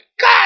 God